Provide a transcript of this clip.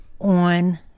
on